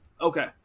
Okay